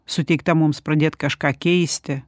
suteikta mums pradėt kažką keisti